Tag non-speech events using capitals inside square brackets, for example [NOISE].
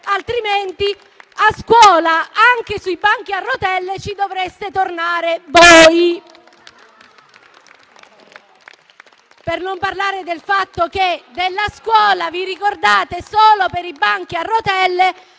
contrario, a scuola, anche sui banchi a rotelle, ci dovreste tornare voi. [APPLAUSE] Per non parlare del fatto che della scuola vi ricordate solo per i banchi a rotelle,